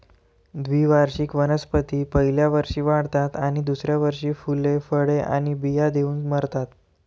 द्विवार्षिक वनस्पती पहिल्या वर्षी वाढतात आणि दुसऱ्या वर्षी फुले, फळे आणि बिया देऊन मरतात